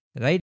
right